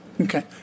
Okay